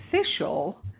official